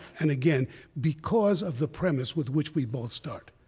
and again because of the premise with which we both start.